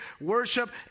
worship